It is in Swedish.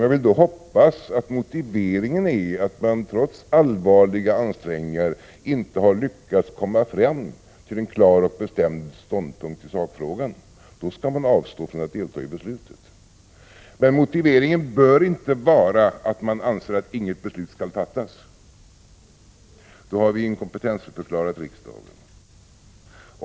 Jag vill då hoppas att motiveringen är att man trots allvarliga ansträngningar inte har lyckats komma fram till en klar och bestämd ståndpunkt i sakfrågan. Då skall man avstå från att delta i beslutet. Men motiveringen bör inte vara att man anser att inget beslut skall fattas. Då har vi inkompetensförklarat riksdagen.